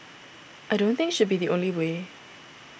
I don't think should be the only way